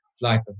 life